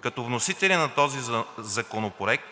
Като вносители на този законопроект,